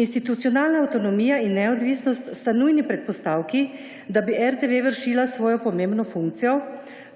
Institucionalna avtonomija in neodvisnost sta nujni predpostavki, da bi RTV vršila svojo pomembno funkcijo.